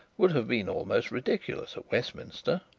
would have been almost ridiculous at westminster.